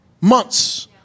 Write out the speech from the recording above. Months